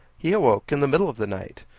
he awoke in the middle of the night.